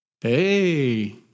Hey